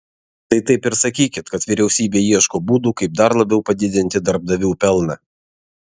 tai taip ir sakykit kad vyriausybė ieško būdų kaip dar labiau padidinti darbdavių pelną